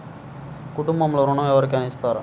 కుటుంబంలో ఋణం ఎవరికైనా ఇస్తారా?